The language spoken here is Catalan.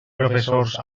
professors